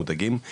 מודאגים,